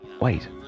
Wait